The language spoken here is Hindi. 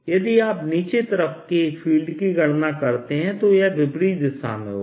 यदि आप नीचे तरफ के फील्ड की गणना करते हैं तो यह विपरीत दिशा में होगा